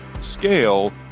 scale